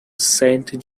saint